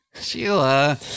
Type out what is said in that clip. Sheila